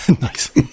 Nice